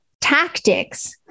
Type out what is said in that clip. tactics